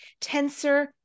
tensor